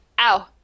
Ow